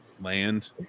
land